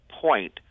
point